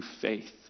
faith